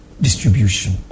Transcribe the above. distribution